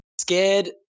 scared